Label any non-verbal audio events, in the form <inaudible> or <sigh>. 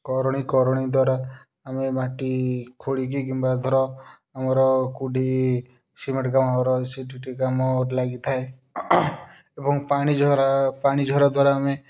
କରଣୀ କରଣୀ ଦ୍ଵାରା ଆମେ ମାଟି ଖୋଳିକି କିମ୍ବା ଧର ଆମର କୋଉଠି ସିମେଣ୍ଟ କାମ ରହେ <unintelligible> କାମ ଲାଗିଥାଏ ଏବଂ ପାଣିଝରା ପାଣିଝରା ଦ୍ଵାରା ଆମେ